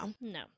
no